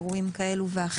אירועים כאלה ואחרים.